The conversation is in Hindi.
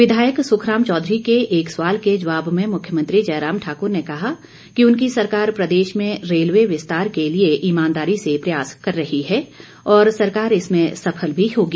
विधायक सुखराम चौधरी के एक सवाल के जवाब में मुख्यमंत्री जयराम ठाकुर ने कहा कि उनकी सरकार प्रदेश में रेलवे विस्तार के लिए ईमानदारी से प्रयास कर रही है और सरकार इसमें सफल भी होगी